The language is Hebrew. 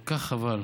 כל כך חבל,